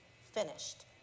finished